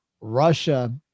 Russia